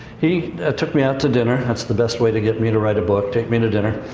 he took me out to dinner. that's the best way to get me to write a book, take me to dinner.